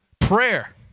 prayer